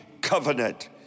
covenant